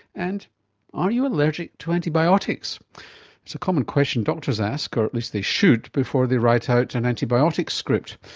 and are you allergic to antibiotics? it's a common question doctors ask, or at least they should, before they write out an antibiotic script.